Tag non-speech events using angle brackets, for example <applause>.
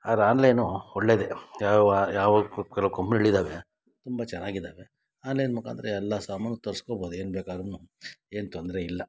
ಆದ್ರ್ ಆನ್ಲೈನು ಒಳ್ಳೆಯದೆ ಯಾವ ಯಾವ ಯಾವ <unintelligible> ತುಂಬ ಚೆನ್ನಾಗಿದಾವೆ ಆನ್ಲೈನ್ ಮುಖಾಂತರ ಎಲ್ಲ ಸಾಮಾನು ತರಿಸ್ಕೊಬೋದು ಏನು ಬೇಕಾದ್ರೂ ಏನು ತೊಂದರೆ ಇಲ್ಲ